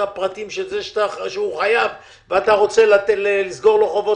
הפרטים של החייב שאני רוצה לסגור לו את החוב.